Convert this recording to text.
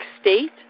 State